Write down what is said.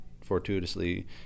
fortuitously